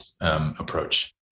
approach